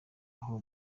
aho